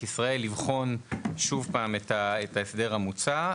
ישראל לבחון שוב פעם את ההסדר המוצע.